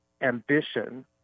ambition